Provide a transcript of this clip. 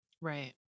Right